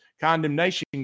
condemnation